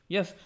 Yes